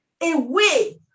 away